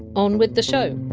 on with the show